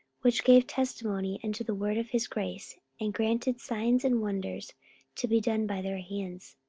which gave testimony unto the word of his grace, and granted signs and wonders to be done by their hands.